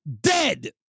Dead